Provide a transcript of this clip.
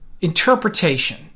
interpretation